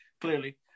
clearly